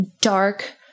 dark